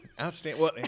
Outstanding